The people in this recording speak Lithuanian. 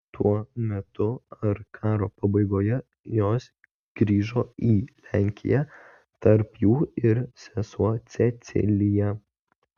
tuo metu ar karo pabaigoje jos grįžo į lenkiją tarp jų ir sesuo cecilija